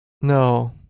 No